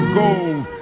gold